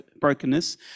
brokenness